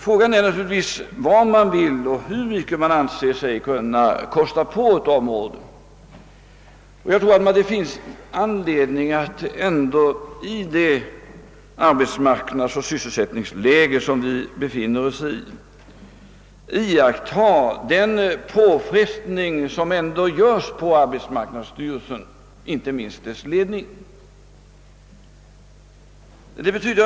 Frågan är vad man anser sig kunna kosta på ett område som detta. Jag tror att det finns anledning att i det arbetsmarknadsoch sysselsättningsläge vi befinner oss ge akt på de påfrestningar som <:arbetsmarknadsstyrelsen och dess ledning utsättes för.